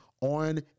on